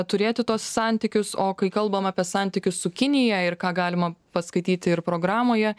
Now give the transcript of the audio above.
turėti tuos santykius o kai kalbama apie santykius su kinija ir ką galima paskaityti ir programoje